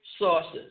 sources